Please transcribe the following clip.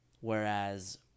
Whereas